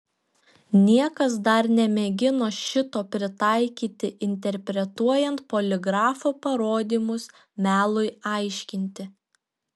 niekas dar nemėgino šito pritaikyti interpretuojant poligrafo parodymus melui aiškinti